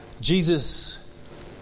Jesus